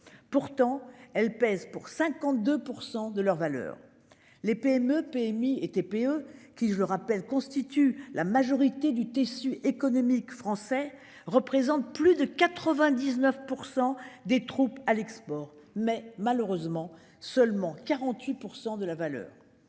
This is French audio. pourtant elles pèsent pour 52% de leur valeur, les PME/PMI et TPE qui, je le rappelle, constituent la majorité du tissu économique français représentent plus de 99% des troupes à l'export mais malheureusement seulement 48% de la valeur.